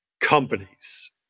companies